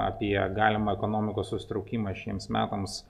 apie galimą ekonomikos susitraukimą šiems metams